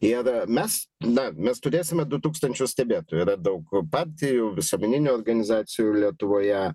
ir mes na mes turėsime du tūkstančius stebėtojų yra daug partijų visuomeninių organizacijų lietuvoje